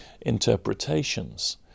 interpretations